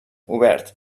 obert